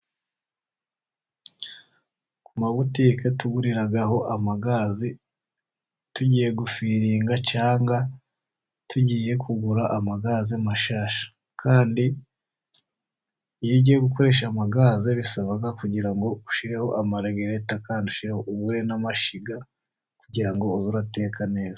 Ku mabutike tuguriraho amagazi tugiye gufiringa, cyangwa tugiye kugura amagaze mashasha. Kandi iyo ugiye gukoresha amagaze bisaba kugira ngo ushyireho amaregireta, kandi ushireho ugure n'amashyiga kugira ngo ujye uteka neza.